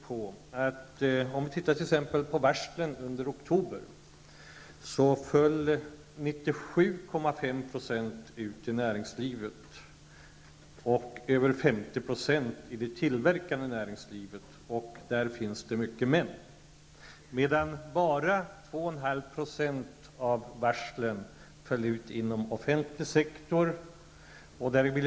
97,5 % av de varsel som föll ut i oktober hänfördes till näringslivet, därav över 50 % i det tillverkande näringslivet. Där finns det mycket män. Bara 2,5 % av varslen föll ut inom offentlig sektor.